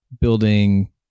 building